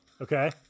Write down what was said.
okay